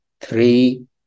three